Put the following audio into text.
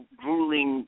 grueling